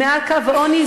מעל קו העוני,